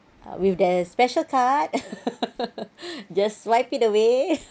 with the special card just swipe it away